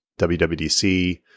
WWDC